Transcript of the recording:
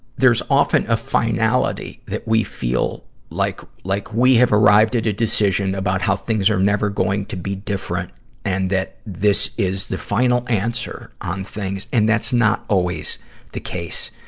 there's often a finality that we feel like, like we have arrived at a decision about how things are never going to be different and that this is final answer on things. and that's not always the case.